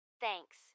Thanks